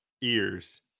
ears